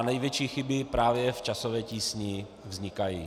Největší chyby právě v časové tísni vznikají.